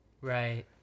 Right